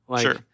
Sure